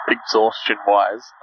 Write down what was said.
Exhaustion-wise